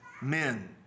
men